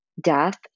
death